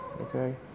okay